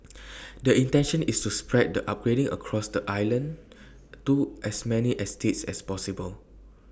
the intention is to spread the upgrading across the island to as many estates as possible